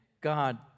God